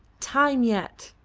time yet.